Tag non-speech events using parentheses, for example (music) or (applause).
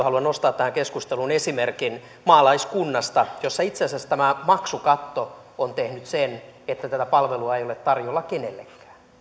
(unintelligible) haluan nostaa tähän keskusteluun esimerkin maalaiskunnasta missä itse asiassa tämä maksukatto on tehnyt sen että tätä palvelua ei ole tarjolla kenellekään